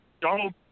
Donald